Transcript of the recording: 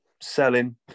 selling